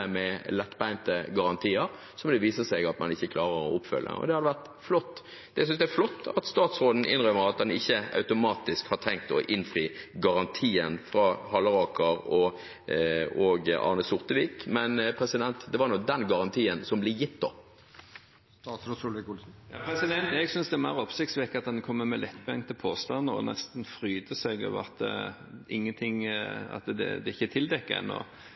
med lettbente garantier som det viser seg at man ikke klarer å oppfylle. Jeg synes det er flott at statsråden innrømmer at han ikke automatisk har tenkt å innfri garantien fra Halleraker og Arne Sortevik, men det var nå den garantien som ble gitt. Jeg synes det er mer oppsiktsvekkende at en kommer med lettbente påstander og nesten fryder seg over at det ikke er tildekket ennå. Vi satt altså med kunnskap om dette ubåtvraket ganske lenge uten at